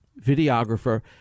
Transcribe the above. videographer